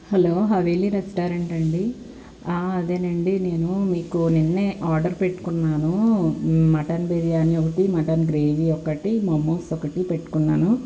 hello Haveli రెస్టారెంటండి అదే నండి నేను మీకు నిన్నే ఆర్డర్ పెట్టుకున్నాను మటన్ బిర్యాని ఒకటి మటన్ గ్రేవీ ఒకటి మమోస్ ఒకటి పెట్టుకున్నాను